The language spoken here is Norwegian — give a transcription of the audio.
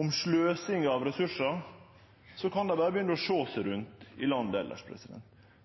om sløsing av ressursar, kan dei berre begynne å sjå seg rundt i landet elles.